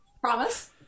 promise